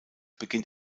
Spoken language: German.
beginnt